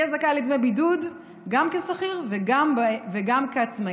יהיה זכאי לדמי בידוד גם כשכיר וגם כעצמאי.